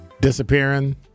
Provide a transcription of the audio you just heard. disappearing